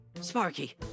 sparky